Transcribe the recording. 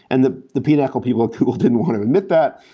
and the the pinochle people at google didn't want to admit that,